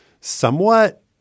somewhat